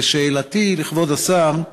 ושאלתי לכבוד השר: